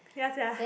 ya sia